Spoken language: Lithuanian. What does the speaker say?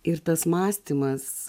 ir tas mąstymas